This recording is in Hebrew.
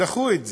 דחו את זה.